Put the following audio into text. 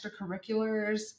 extracurriculars